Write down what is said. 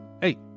hey